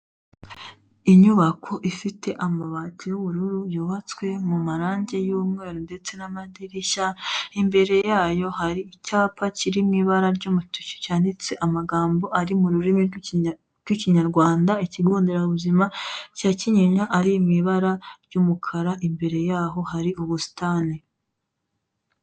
Inyubako ifite amabati y'ubururu yubatswe mu marange y'umweru ndetse n'amadirishya imbere yayo hari icyapa kiri mu ibara ry'umutuku cyanditse amagambo ari mu rurimi rw'Ikinyarwanda, ikigo nderabuzima cya Kinyinya ari mu ibara ry'umukara imbere yaho hari ubusitani.